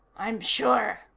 i'm sure,